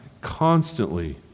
constantly